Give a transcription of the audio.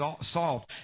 solved